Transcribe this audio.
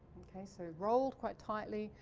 okay, so rolled quite tightly,